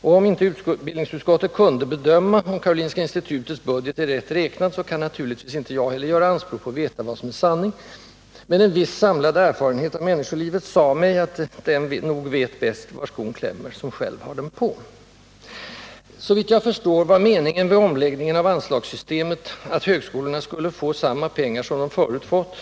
Om inte utbildningsutskottet kunde bedöma, om Karolinska institutets budget är rätt räknad, kan naturligtvis inte heller jag göra anspråk på att veta vad som är sanning. Men en viss samlad erfarenhet av människolivet sade mig att den nog vet bäst var skon klämmer som själv har den på. Såvitt jag förstår var meningen med omläggningen av anslagssystemet att högskolorna skulle få samma pengar som de förut fått,